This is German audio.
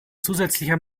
zusätzlicher